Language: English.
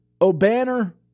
O'Banner